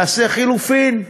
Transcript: נעשה חילופין.